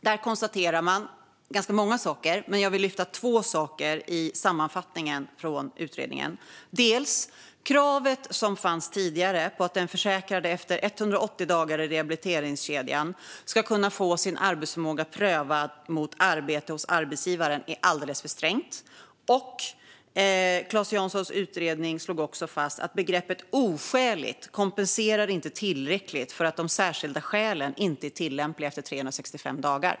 Där konstaterar man ganska många saker, och jag vill lyfta två saker i utredningens sammanfattning. Kravet som fanns tidigare på att den försäkrade efter 180 dagar i rehabiliteringskedjan ska kunna få sin arbetsförmåga prövad mot arbete hos arbetsgivaren är alldeles för strängt. Claes Janssons utredning slog också fast att begreppet "oskäligt" inte kompenserar tillräckligt för att de särskilda skälen inte är tillämpliga efter 365 dagar.